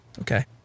Okay